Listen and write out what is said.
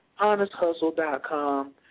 HonestHustle.com